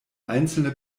einzelne